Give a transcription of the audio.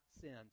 sins